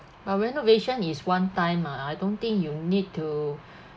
but renovation is one time ah I don't think you need to